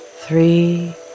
Three